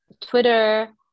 Twitter